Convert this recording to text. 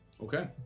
Okay